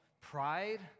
pride